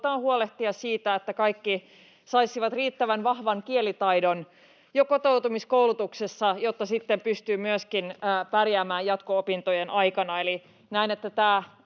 halutaan huolehtia siitä, että kaikki saisivat riittävän vahvan kielitaidon jo kotoutumiskoulutuksessa, jotta sitten pystyy myöskin pärjäämään jatko-opintojen aikana.